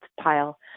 pile